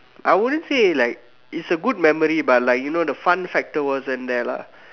I wouldn't say like it's a good memory but like you know the fun factor wasn't there lah